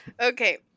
Okay